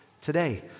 today